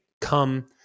come